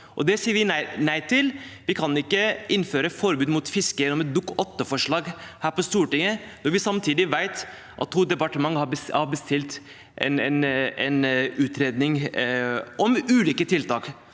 det sier vi nei til. Vi kan ikke innføre forbud mot fiske gjennom et Dokument 8-forslag her på Stortinget når vi samtidig vet at to departementer har bestilt en utredning om ulike tiltak